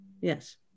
Yes